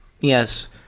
Yes